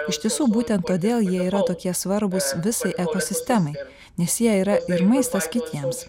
iš tiesų būtent todėl jie yra tokie svarbūs visai ekosistemai nes jie yra ir maistas kitiems